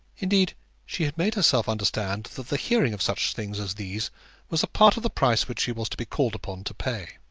indeed she had made herself understand that the hearing of such things as these was a part of the price which she was to be called upon to pay.